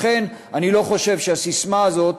לכן אני לא חושב שהססמה הזאת,